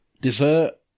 Dessert